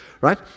right